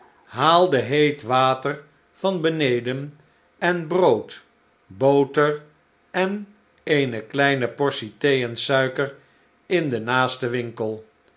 haalde heet water van beneden en brood boter en eene kleine portie thee en suiker in den naasten winkel